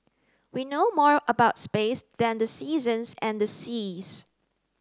we know more about space than the seasons and the seas